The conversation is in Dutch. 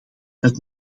het